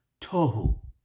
tohu